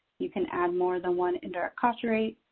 you can add more than one indirect cost rate.